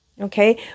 okay